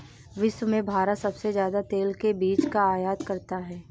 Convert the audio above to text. विश्व में भारत सबसे ज्यादा तेल के बीज का आयत करता है